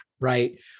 right